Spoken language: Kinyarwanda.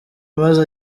maze